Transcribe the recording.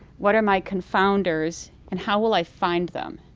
what are my confounders and how will i find them?